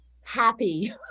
Happy